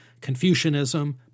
Confucianism